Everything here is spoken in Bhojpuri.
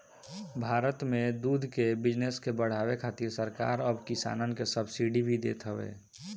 भारत में दूध के बिजनेस के बढ़ावे खातिर सरकार अब किसानन के सब्सिडी भी देत हवे